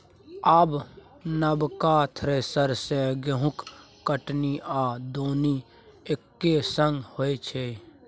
आब नबका थ्रेसर सँ गहुँमक कटनी आ दौनी एक्के संग होइ छै